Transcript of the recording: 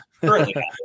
currently